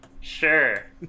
Sure